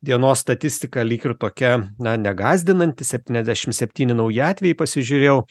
dienos statistika lyg ir tokia na negąsdinant septyniasdešimt septyni nauji atvejai pasižiūrėjau